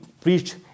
preached